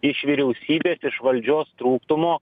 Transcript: iš vyriausybės iš valdžios trūktų mo